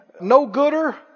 no-gooder